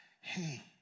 hey